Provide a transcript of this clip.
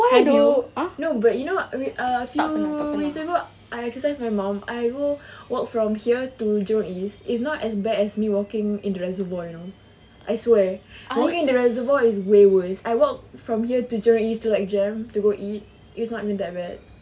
have you no but you know eh uh few recent juga I exercise my mum I go walk from here to jurong east is not as bad as me walking in the reservoir you know I swear walking in the reservoir is way worse I walk from here to jurong east to like JEM to go eat it's not even that bad